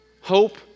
Hope